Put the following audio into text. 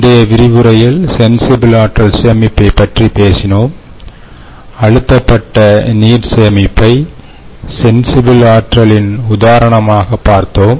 முந்தைய விரிவுரையில் சென்சிபில் ஆற்றல் சேமிப்பை பற்றி பேசினோம் அழுத்தப்பட்ட நீர் சேமிப்பை சென்சிபில் ஆற்றலின் உதாரணமாக பார்த்தோம்